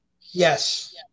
Yes